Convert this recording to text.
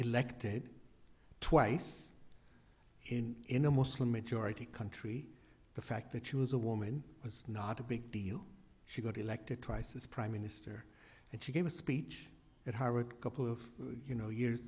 elected twice in in a muslim majority country the fact that she was a woman was not a big deal she got elected twice as prime minister and she gave a speech at harvard couple of you know y